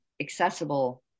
accessible